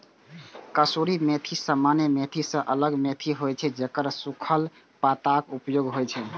कसूरी मेथी सामान्य मेथी सं अलग मेथी होइ छै, जेकर सूखल पातक उपयोग होइ छै